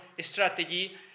strategy